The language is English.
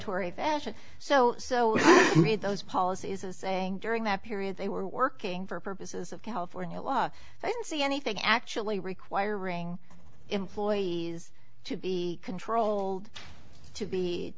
tory fashion so so read those policies as saying during that period they were working for purposes of california law so i don't see anything actually requiring employees to be controlled to be